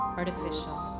artificial